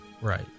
Right